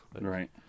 Right